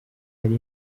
yari